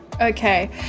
Okay